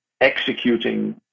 executing